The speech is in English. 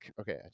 Okay